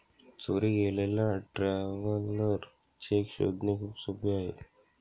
चोरी गेलेला traveller cheque शोधणे खूप सोपे आहे